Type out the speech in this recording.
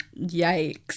Yikes